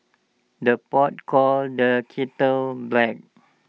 the pot calls the kettle black